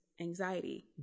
anxiety